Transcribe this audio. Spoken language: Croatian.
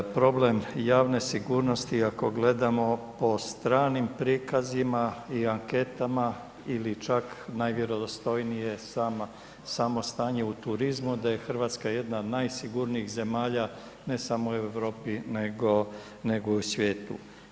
Problem javne sigurnosti ako po stranim prikazima i anketama ili čak najvjerodostojnije samo stanje u turizmu, onda je Hrvatska jedna od najsigurnijih zemalja ne samo u Europi nego i u svijetu.